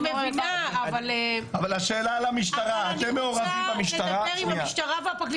אבל השאלה על המשטרה, אתם מעורבים במשטרה?